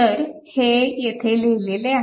तर हे येथे लिहिले आहे